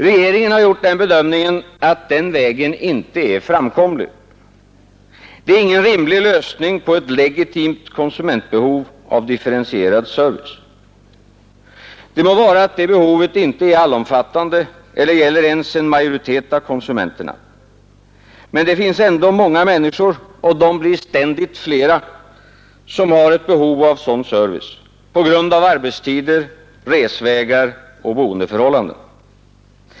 Regeringen har gjort den bedömningen att den vägen inte är framkomlig. Det är ingen rimlig lösning på ett legitimt konsumentbehov av differentierad service. Det må vara att det behovet inte är allomfattande eller gäller ens en majoritet av konsumenterna. Men det finns ändå många människor — och de blir ständigt flera — som har ett behov av sådan service på grund av arbetstider, resvägar och boendeförhållanden.